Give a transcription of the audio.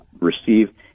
receive